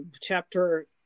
chapter